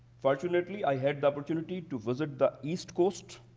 fortunately, i had the opportunity to visit the east coast,